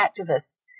activists